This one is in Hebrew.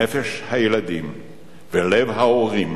נפש הילדים ולב ההורים